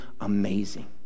amazing